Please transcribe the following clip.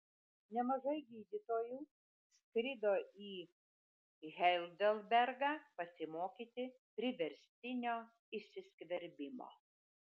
nemažai gydytojų skrido į heidelbergą pasimokyti priverstinio įsiskverbimo